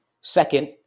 Second